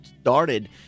started